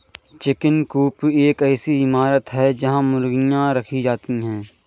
chicken coop एक ऐसी इमारत है जहां मुर्गियां रखी जाती हैं